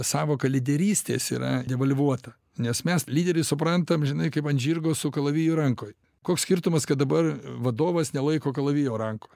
sąvoka lyderystės yra devalvuota nes mes lyderį suprantam žinai kaip ant žirgo su kalaviju rankoj koks skirtumas kad dabar vadovas nelaiko kalavijo rankoj